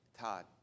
Todd